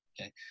Okay